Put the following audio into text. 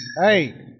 Hey